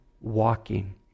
Walking